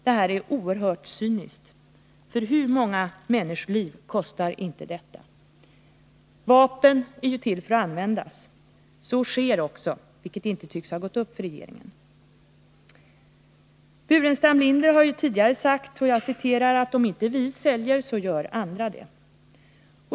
Detta är oerhört cyniskt, för hur många människoliv kostar det inte? Vapen är till för att användas — så sker också, vilket inte tycks ha gått upp för regeringen. Staffan Burenstam Linder har tidigare sagt att ”om inte vi säljer så gör andra det”.